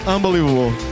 Unbelievable